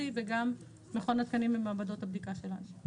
וגם מכון התקנים ומעבדות הבדיקה שלנו.